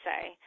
say